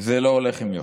זה לא הולך עם יושר.